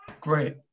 Great